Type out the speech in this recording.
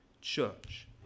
church